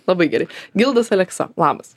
labai gerai gildas aleksa labas